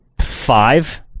five